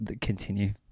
Continue